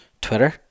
Twitter